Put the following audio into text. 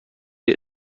der